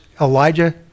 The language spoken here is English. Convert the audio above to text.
Elijah